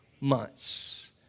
months